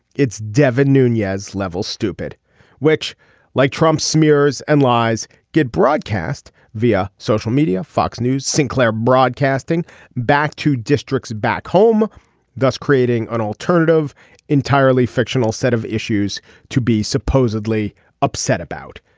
it's devon nunez level stupid which like trump smears and lies get broadcast via social media. fox news sinclair broadcasting back to districts back home thus creating an alternative entirely fictional set of issues to be supposedly upset about.